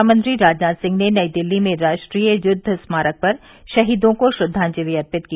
रक्षा मंत्री राजनाथ सिंह ने नई दिल्ली में राष्ट्रीय युद्व स्मारक पर शहीदों को श्रद्वांजलि अर्पित की